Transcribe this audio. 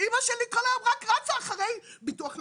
אמא שלי כל היום רק רצה אחרי ביטוח לאומי,